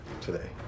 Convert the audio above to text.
today